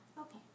Okay